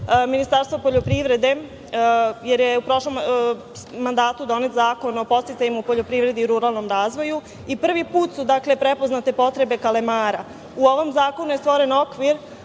Ministarstva poljoprivrede, jer je u prošlom mandatu donet Zakon o podsticajima u poljoprivredi i ruralnom razvoju, i prvi put su prepoznate potrebe kalemara. U ovom zakonu je stvoren